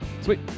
Sweet